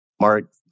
Mark